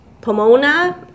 Pomona